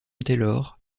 taylor